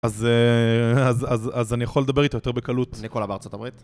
אז אני יכול לדבר איתו יותר בקלות. ניקולה בארה״ב.